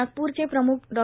नागपूरचे प्रम्ख डॉ